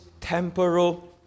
temporal